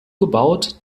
gebaut